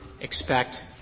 expect